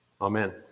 Amen